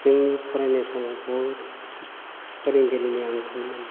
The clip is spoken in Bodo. जोंनि फरायनाय समाव बहुथ फोरोंगिरिनि आंखालमोन